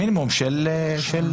מינימום של שנה.